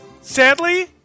Sadly